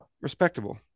respectable